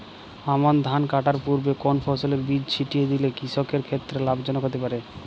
আমন ধান কাটার পূর্বে কোন ফসলের বীজ ছিটিয়ে দিলে কৃষকের ক্ষেত্রে লাভজনক হতে পারে?